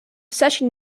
session